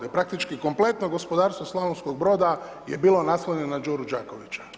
Praktički kompletno gospodarstvo Slavonskog Broda je bilo naslonjeno na Đuru Đakovića.